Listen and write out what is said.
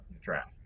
draft